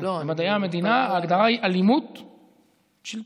במדעי המדינה ההגדרה היא "אלימות שלטונית".